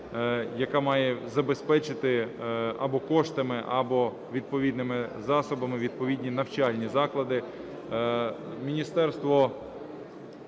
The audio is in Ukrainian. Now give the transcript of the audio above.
яка має забезпечити або коштами, або відповідними засобами відповідні навчальні заклади.